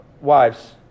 wives